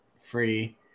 Free